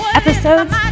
episodes